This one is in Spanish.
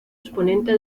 exponente